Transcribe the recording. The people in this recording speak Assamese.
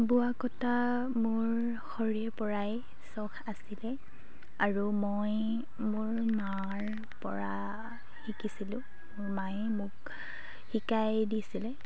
বোৱা কটা মোৰ সৰুৰে পৰাই চখ আছিলে আৰু মই মোৰ মাৰ পৰা শিকিছিলোঁ মোৰ মায়ে মোক শিকাই দিছিলে